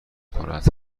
کند